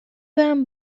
برم